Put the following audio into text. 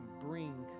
Bring